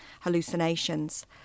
hallucinations